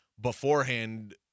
beforehand